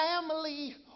Family